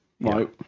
Right